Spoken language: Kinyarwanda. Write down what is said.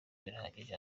birahagije